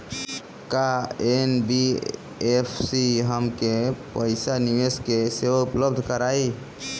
का एन.बी.एफ.सी हमके पईसा निवेश के सेवा उपलब्ध कराई?